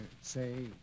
say